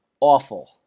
awful